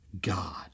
God